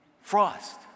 Frost